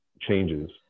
changes